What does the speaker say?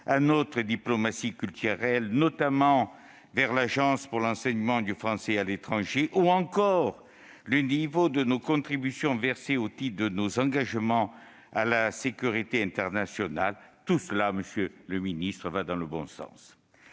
à notre diplomatie culturelle, notamment vers l'Agence pour l'enseignement du français à l'étranger, ou encore le niveau de nos contributions versées au titre de nos engagements à la sécurité internationale, tout cela, monsieur le ministre, va dans le bon sens